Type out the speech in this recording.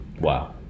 Wow